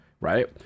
right